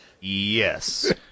Yes